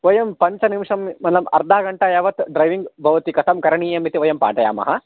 वयं पञ्चनिमिषं परं अर्धघण्टा यावत् ड्रैविङ्ग् भवति कथं करणीयम् इति वयं पाठयामः